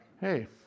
Hey